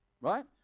Right